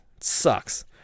sucks